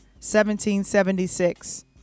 1776